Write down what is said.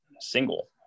single